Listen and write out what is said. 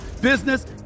business